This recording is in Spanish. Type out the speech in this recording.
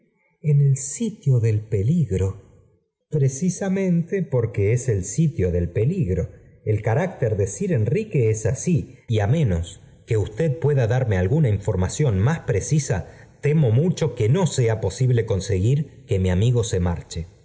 en el sitio del peligro precisamente porque es el sitio del peligro el carácter de sir enrique es así y á menos que usted pueda darme alguna información más precisa temo mucho que no sea posible conseguir que mi amigo se marche